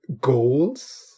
goals